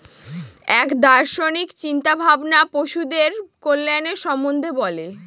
এক দার্শনিক চিন্তা ভাবনা পশুদের কল্যাণের সম্বন্ধে বলে